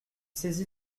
saisi